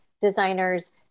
designers